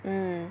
mm